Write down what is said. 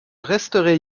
resterai